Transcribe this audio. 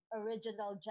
original